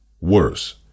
Worse